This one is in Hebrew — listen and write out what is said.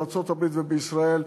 בארצות-הברית ובישראל,